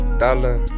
dollar